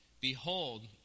Behold